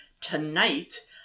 tonight